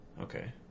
okay